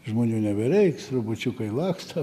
žmonių nebereiks robočiukai laksto